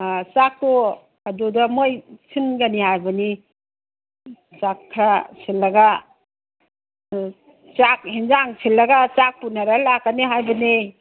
ꯆꯥꯛꯇꯣ ꯑꯗꯨꯗ ꯃꯣꯏ ꯁꯤꯟꯒꯅꯤ ꯍꯥꯏꯕꯅꯤ ꯆꯥꯛ ꯈꯔ ꯁꯤꯜꯂꯒ ꯆꯥꯛ ꯌꯦꯝꯁꯥꯡ ꯁꯤꯜꯂꯒ ꯆꯥꯛ ꯄꯨꯅꯔ ꯂꯥꯛꯀꯅꯤ ꯍꯥꯏꯕꯅꯦ